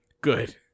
Good